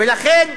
ולכן,